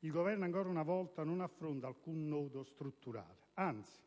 il Governo, ancora una volta, non affronta alcun nodo strutturale, anzi,